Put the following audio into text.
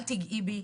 אל תגעי בי',